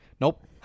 Nope